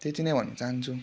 त्यति नै भन्न चाहन्छु